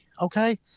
okay